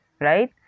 right